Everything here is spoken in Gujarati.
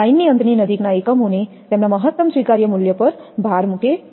લાઇનની અંતની નજીકના એકમોને તેમના મહત્તમ સ્વીકાર્ય મૂલ્ય પર ભાર મૂકે છે